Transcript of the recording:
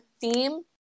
theme